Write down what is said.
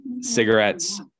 cigarettes